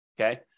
Okay